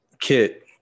kit